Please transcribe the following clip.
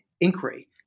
Inquiry